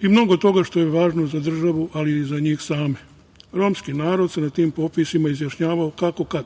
i mnogo toga što je važno za državu, ali za njih same. Romski narod se na tim popisima izjašnjavao kako kad.